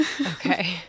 Okay